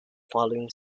following